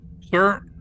sir